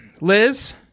Liz